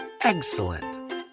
excellent